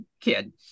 kid